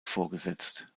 vorgesetzt